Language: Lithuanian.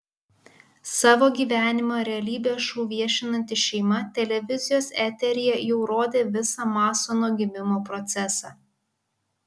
savo gyvenimą realybės šou viešinanti šeima televizijos eteryje jau rodė visą masono gimimo procesą